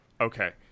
Okay